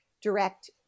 direct